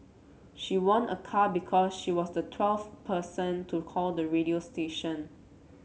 she won a car because she was the twelfth person to call the radio station